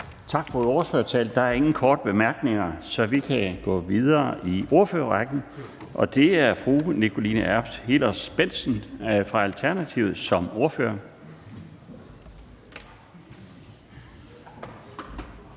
Tak for ordførtalen. Der er ingen korte bemærkninger, så vi kan gå videre i ordførerrækken til fru Nicoline Erbs Hillers-Bendtsen fra Alternativet som ordfører.